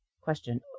Question